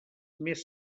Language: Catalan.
més